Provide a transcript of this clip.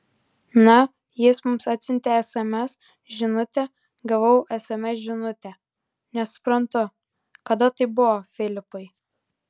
na jis mums atsiuntė sms žinutę gavau sms žinutę nesuprantu kada tai buvo filipai